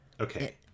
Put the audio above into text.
Okay